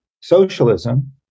socialism